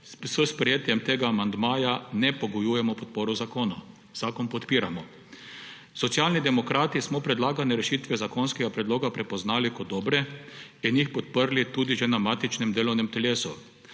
s sprejetjem tega amandmaja ne pogojujemo podpore zakonu. Zakon podpiramo. Socialni demokrati smo predlagane rešitve zakonskega predloga prepoznali kot dobre in jih podprli tudi že na matičnem delovnem telesu.